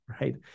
right